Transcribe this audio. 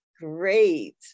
Great